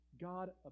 God